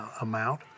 amount